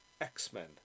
X-Men